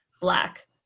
Black